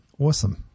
awesome